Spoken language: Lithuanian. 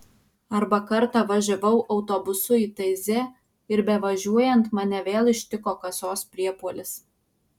arba kartą važiavau autobusu į taizė ir bevažiuojant mane vėl ištiko kasos priepuolis